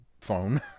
phone